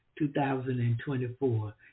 2024